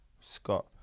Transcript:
scott